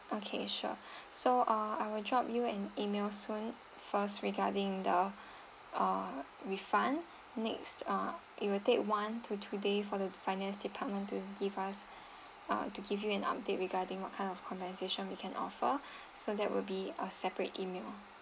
okay sure so uh I will drop you an email soon first regarding the uh refund next uh it will take one to two day for the finance department to give us uh to give you an update regarding what kind of compensation we can offer so that will be a separate email